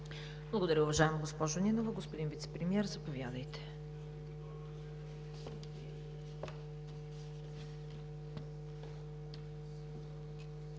Благодаря, уважаема госпожо Нинова. Господин Вицепремиер, заповядайте.